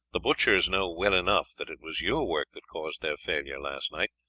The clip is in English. the butchers know well enough that it was your work that caused their failure last night.